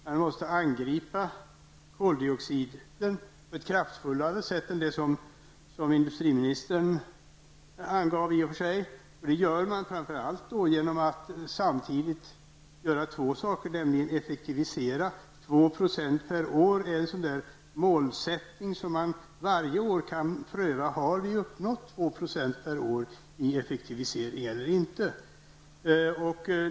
Man måste angripa koldioxidutsläppen på ett kraftfullare sätt än det sätt som industriministern angav. Detta kan man framför allt göra genom samtidigt vidta två åtgärder. Man kan effektivisera 2 % per år och varje år pröva om man uppnått den målsättningen när det gäller effektivisering eller inte.